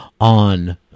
on